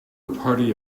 party